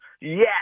Yes